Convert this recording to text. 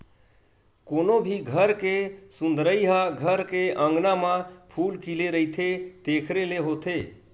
कोनो भी घर के सुंदरई ह घर के अँगना म फूल खिले रहिथे तेखरे ले होथे